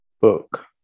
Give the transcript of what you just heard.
Book